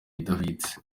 idahwitse